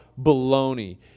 baloney